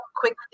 quick